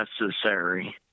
necessary